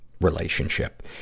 relationship